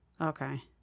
Okay